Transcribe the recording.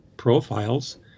profiles